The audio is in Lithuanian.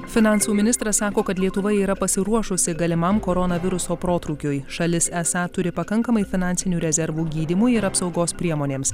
finansų ministras sako kad lietuva yra pasiruošusi galimam koronaviruso protrūkiui šalis esą turi pakankamai finansinių rezervų gydymui ir apsaugos priemonėms